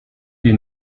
des